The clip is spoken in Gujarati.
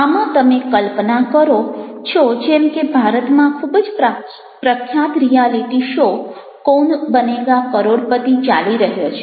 આમાં તમે કલ્પના કરો છો જેમ કે ભારતમાં ખૂબ જ પ્રખ્યાત રિયાલિટી શૉ કૌન બનેગા કરોડપતિ ચાલી રહ્યો છે